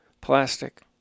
plastic